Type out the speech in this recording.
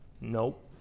nope